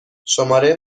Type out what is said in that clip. شماره